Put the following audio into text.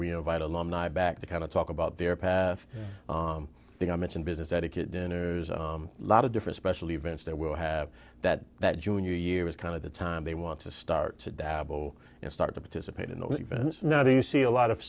we invite alumni back to kind of talk about their path i think i mentioned business etiquette dinners a lot of different special events that we'll have that that junior year is kind of the time they want to start to dabble and start to participate in the events now do you see a lot of